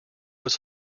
was